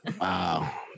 Wow